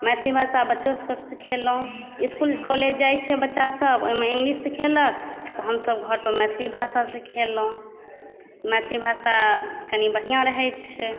मैथिली भाषा बच्चो सबके सिखेलहुँ इसकुल कॉलेज जाइ छै बच्चासब ओहिमे इङ्गलिश सिखेलक तऽ हमसब घरपर मैथिली भासा सिखेलहुँ मैथिली भाषा कनी बढ़िआँ रहै छै